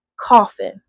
coffin